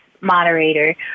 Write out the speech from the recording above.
moderator